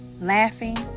laughing